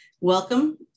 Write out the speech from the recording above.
welcome